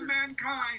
mankind